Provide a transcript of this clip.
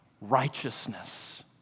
Righteousness